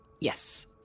Yes